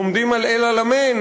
לומדים על אל-עלמיין,